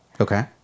Okay